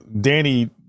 Danny